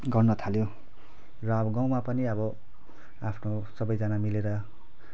गर्नथाल्यो र अब गाउँमा पनि अब आफ्नो सबैजना मिलेर